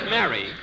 Mary